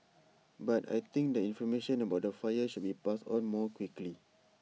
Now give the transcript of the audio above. but I think the information about the fire should be passed on more quickly